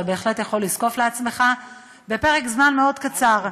בהחלט יכול לזקוף לעצמך בפרק זמן מאוד קצר.